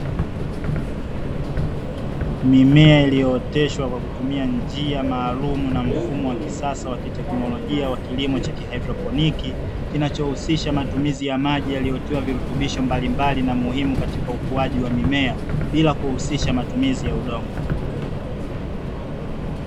Mimea iliyooteshwa kwa kutumia njia maalumu na mfumo wa kisasa wa kiteknolojia wa kilimo cha kihaidroponi, kinachohusisha matumizi ya maji yaliyotiwa virutubisho mbalimbali na muhimu katika ukuaji wa mimea, bila kuhusisha matumizi ya udongo.